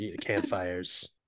campfires